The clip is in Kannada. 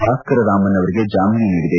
ಭಾಸ್ನ ರರಾಮನ್ ಅವರಿಗೆ ಜಾಮೀನು ನೀಡಿದೆ